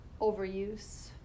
overuse